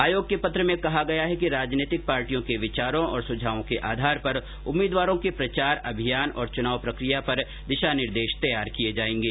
आयोग के पत्र में कहा गया है कि राजनीतिक पार्टियों के विचारों और सुझावों के आधार पर उम्मीदवारों के प्रचार अभियान और चुनाव प्रकिया पर दिशा निर्देश तैयार किए जाएंगे